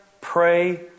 pray